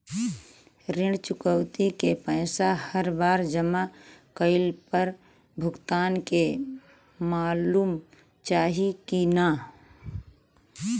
ऋण चुकौती के पैसा हर बार जमा कईला पर भुगतान के मालूम चाही की ना?